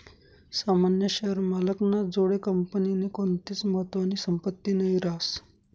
सामान्य शेअर मालक ना जोडे कंपनीनी कोणतीच महत्वानी संपत्ती नही रास